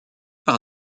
par